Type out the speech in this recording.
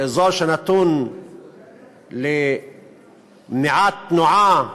באזור שנתון למניעת תנועה,